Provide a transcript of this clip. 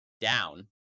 down